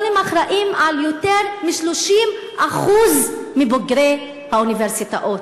אבל הם אחראים ליותר מ-30% מבוגרי האוניברסיטאות.